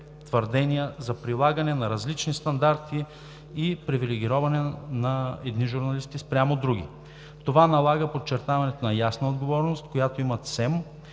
твърдения за прилагане на различни стандарти и привилегироване на едни журналисти спрямо други. Това налага подчертаването на ясната отговорност, която има